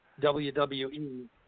WWE